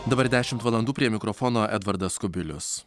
dabar dešimt valandų prie mikrofono edvardas kubilius